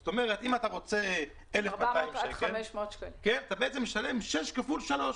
זאת אומרת שאם אתה רוצה 2,000 שקל אתה בעצם משלם שש כפול שלוש.